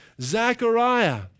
Zechariah